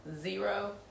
Zero